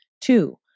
Two